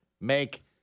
Make